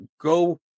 go